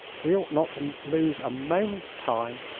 we ought not to lose a moment's time.